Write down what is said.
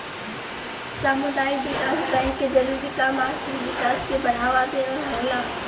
सामुदायिक विकास बैंक के जरूरी काम आर्थिक विकास के बढ़ावा देवल होला